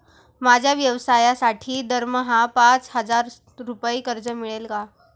माझ्या व्यवसायासाठी दरमहा पाच हजार रुपये कर्ज मिळेल का?